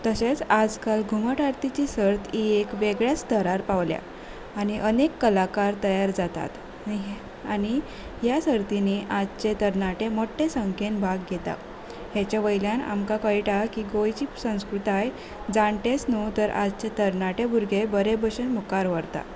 तशेंच आज काल घुमट आरतीची सर्त ही एक वेगळ्याच स्थरार पावल्या आनी अनेक कलाकार तयार जातात आनी ह्या सर्तींनी आजचे तरणाटे मोटे संख्येन भाग घेता हेच्या वयल्यान आमकां कळटा की गोंयची संस्कृताय जाण्टेच न्हय तर आजचे तरणाटे भुरगे बरे भशेन मुखार व्हरता